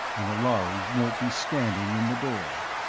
and the lhari won't be standing in the door.